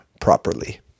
properly